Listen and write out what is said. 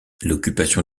l’occupation